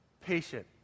patient